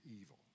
evil